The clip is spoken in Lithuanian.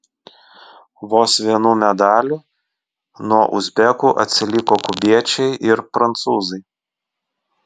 vos vienu medaliu nuo uzbekų atsiliko kubiečiai ir prancūzai